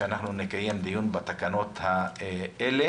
שאנחנו נקיים דיון על התקנות האלה.